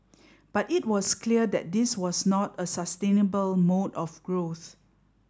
but it was clear that this was not a sustainable mode of growth